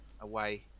away